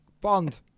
Bond